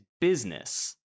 business